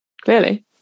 clearly